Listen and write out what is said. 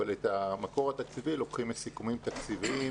אבל את המקור התקציבי לוקחים מסיכומים תקציביים